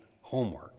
homework